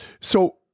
So-